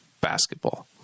basketball